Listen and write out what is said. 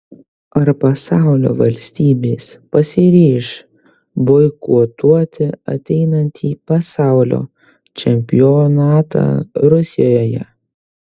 ar pasaulio valstybės pasiryš boikotuoti ateinantį pasaulio čempionatą rusijoje